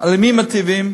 אז למי מיטיבים?